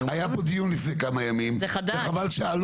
היה פה דיון לפני כמה ימים וחבל ש --- זה חדש.